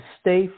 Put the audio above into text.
stay